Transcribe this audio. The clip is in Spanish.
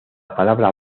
palabra